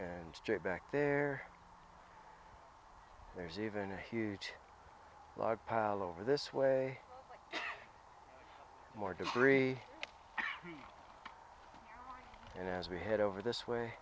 and straight back there there's even a huge log pile over this way more debris and as we head over this way